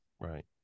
right